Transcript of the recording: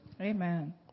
Amen